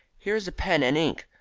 here is pen and ink.